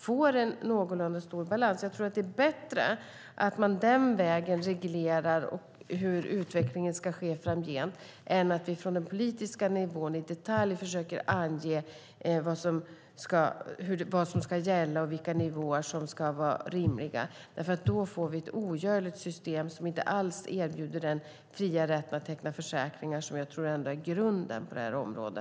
Jag tror att det är bättre att man den vägen reglerar hur utvecklingen ska ske framgent än att vi från den politiska nivån i detalj försöker ange vad som ska gälla och vilka nivåer som ska vara rimliga. Då får vi nämligen ett ogörligt system som inte alls erbjuder den fria rätt att teckna försäkringar som jag ändå tror är grunden på detta område.